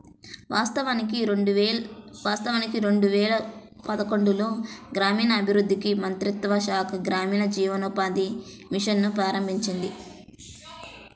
వాస్తవానికి రెండు వేల పదకొండులో గ్రామీణాభివృద్ధి మంత్రిత్వ శాఖ గ్రామీణ జీవనోపాధి మిషన్ ను ప్రారంభించింది